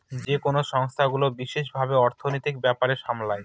যেকোনো সংস্থাগুলো বিশেষ ভাবে অর্থনীতির ব্যাপার সামলায়